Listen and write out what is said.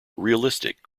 realistic